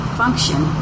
function